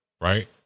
right